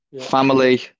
family